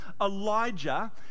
Elijah